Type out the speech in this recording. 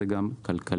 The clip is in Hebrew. זה גם כלכלי.